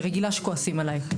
אני רגילה שכועסים עלי,